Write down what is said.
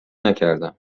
نکردم